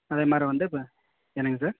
அதே மாதிரி வந்து இப்போ என்னங்க சார்